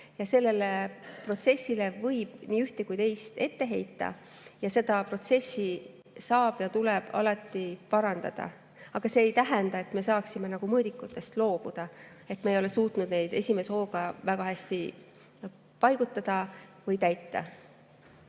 ja sellele protsessile võib nii ühte kui teist ette heita. Ja seda protsessi saab ja tuleb alati parandada. Aga see ei tähenda, et me saaksime mõõdikutest loobuda, kuna me ei ole suutnud neid esimese hooga väga hästi paigutada või täita.